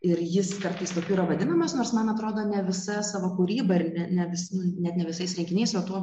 ir jis kartais tokiu yra vadinamas nors man atrodo ne visa savo kūryba ne visu net ne visais rinkiniais o tuo